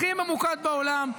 הכי ממוקד בעולם.